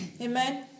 Amen